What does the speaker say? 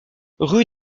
rue